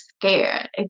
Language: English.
scared